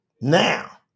Now